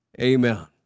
Amen